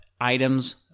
items